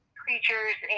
creatures